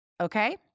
okay